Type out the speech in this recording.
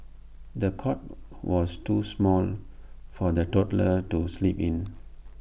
the cot was too small for the toddler to sleep in